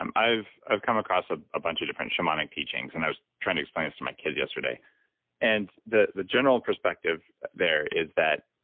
and i've i've come across a bunch of different shamanic teachings and i was trying to explain this to my kids yesterday and the the general perspective there is that,